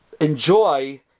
enjoy